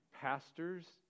pastors